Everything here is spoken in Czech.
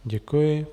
Děkuji.